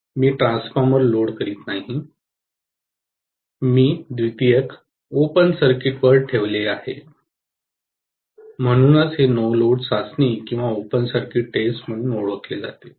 मी transformer load करीत नाही मी द्वितीयक ओपन सर्किट वर ठेवले आहे म्हणूनच हे नो लोड चाचणी किंवा ओपन सर्किट टेस्ट म्हणून ओळखले जाते